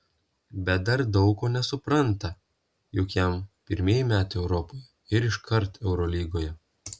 bet dar daug ko nesupranta juk jam pirmi metai europoje ir iškart eurolygoje